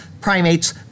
primates